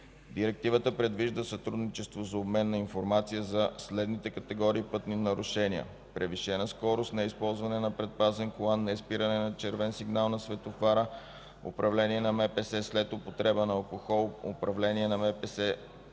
Директивата предвижда сътрудничество за обмен на информация за следните категории пътни нарушения: - превишена скорост; - неизползване на предпазен колан; - неспиране на червен сигнал на светофара; - управление на МПС след употреба на алкохол; - управление на МПС